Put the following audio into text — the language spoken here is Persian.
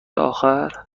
آخر